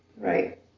Right